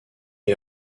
est